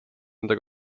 enda